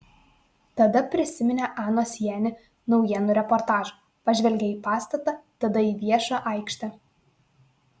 tada prisiminė anos jani naujienų reportažą pažvelgė į pastatą tada į viešą aikštę